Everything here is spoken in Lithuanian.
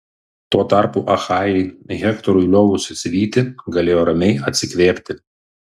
tuo tarpu achajai hektorui liovusis vyti galėjo ramiai atsikvėpti